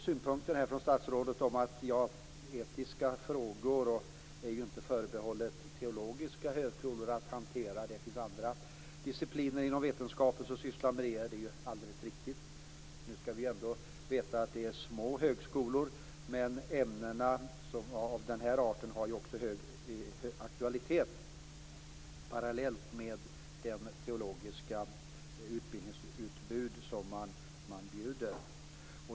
Statsrådet framförde synpunkter på att det inte är förbehållet teologiska högskolor att hantera etiska frågor. Det finns andra discipliner inom vetenskapen som sysslar med det. Det är alldeles riktigt. Nu skall vi ändå veta att det är fråga om små högskolor, men att ämnen av den här arten också har hög aktualitet parallellt med det teologiska utbildningsutbud som man erbjuder.